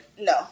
no